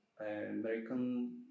American